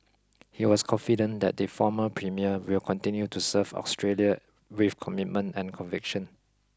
he was confident that the former premier will continue to serve Australia with commitment and conviction